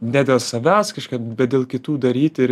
ne dėl savęs kažką bet dėl kitų daryti ir